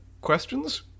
Questions